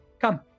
Come